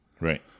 Right